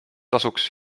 tasuks